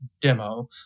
demo